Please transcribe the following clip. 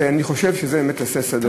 אני חושב שזה באמת יעשה סדר.